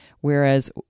whereas